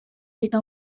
reka